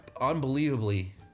unbelievably